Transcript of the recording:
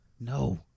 no